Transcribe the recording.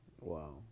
Wow